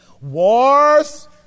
Wars